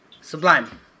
Sublime